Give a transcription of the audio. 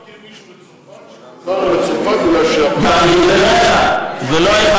אני מכיר מישהו מצרפת שחזר לצרפת בגלל, ולא אחד.